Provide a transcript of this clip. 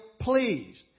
pleased